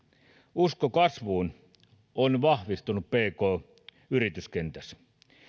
usko kasvuun on vahvistunut pk yrityskentässä